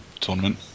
tournament